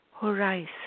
horizon